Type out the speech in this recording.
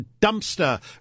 dumpster